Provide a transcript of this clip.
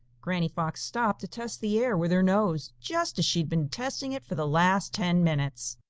granny fox stopped to test the air with her nose, just as she had been testing it for the last ten minutes.